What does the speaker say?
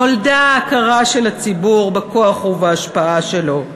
נולדה ההכרה של הציבור בכוח ובהשפעה שלו,